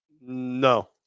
No